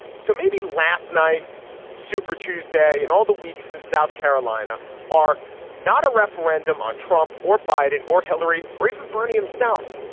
so maybe last night in super tuesday and all the weeks in south carolina are not a referendum on trump or biden or hillary or even bernie himself.